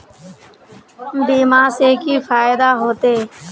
बीमा से की फायदा होते?